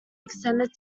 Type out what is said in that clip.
extended